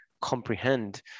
comprehend